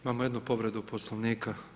Imamo jednu povredu Poslovnika.